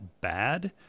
bad